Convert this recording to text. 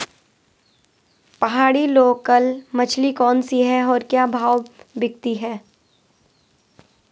पहाड़ी लोकल मछली कौन सी है और क्या भाव बिकती है?